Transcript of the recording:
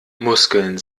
muskeln